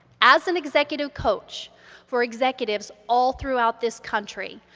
as an executive coach for executives all throughout this country,